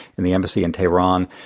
in the embassy in teheran.